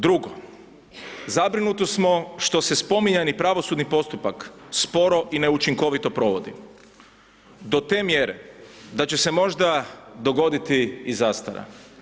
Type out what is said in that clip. Drugo, zabrinuti smo što se spominjani pravosudni postupak sporo i neučinkovito provodi do te mjere da će se možda dogoditi i zastara.